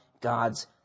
God's